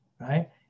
right